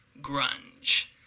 grunge